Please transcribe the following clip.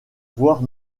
voire